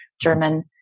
German